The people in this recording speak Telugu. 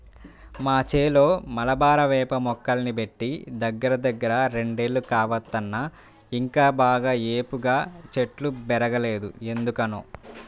మా చేలో మలబారు వేప మొక్కల్ని బెట్టి దగ్గరదగ్గర రెండేళ్లు కావత్తన్నా ఇంకా బాగా ఏపుగా చెట్లు బెరగలేదు ఎందుకనో